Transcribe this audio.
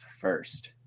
first